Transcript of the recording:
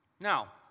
Now